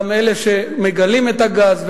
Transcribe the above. גם אלה שמגלים את הגז,